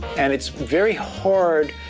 and it's very hard,